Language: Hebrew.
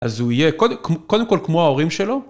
אז הוא יהיה, קודם כל כמו ההורים שלו.